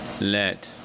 let